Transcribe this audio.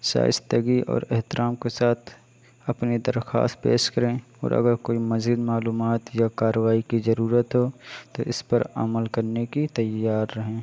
شائستگی اور احترام کے ساتھ اپنی درخواست پیش کریں اور اگر کوئی مزید معلومات یا کارروائی کی ضرورت ہو تو اس پر عمل کرنے کی تیار رہیں